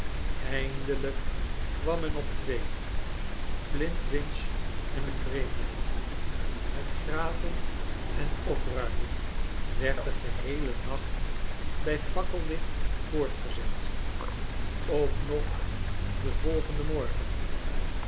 eindeiijk kwam men op twee flintwinch en een vreemdeling het graven en opruimen werd den geheelen nacht bij fakkellicht voortgezet ook nog den volgenden mordieper